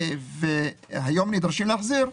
והיום נדרשים להחזיר,